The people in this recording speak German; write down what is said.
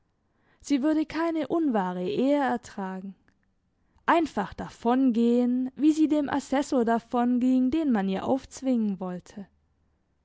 sie würde keine unwahre ehe ertragen einfach davongehen wie sie dem assessor davonging den man ihr aufzwingen wollte